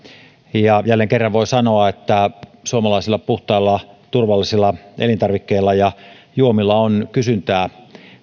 jälleen kerran voi sanoa että suomalaisilla puhtailla turvallisilla elintarvikkeilla ja juomilla on kysyntää